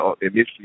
initially